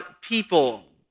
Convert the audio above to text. people